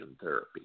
therapy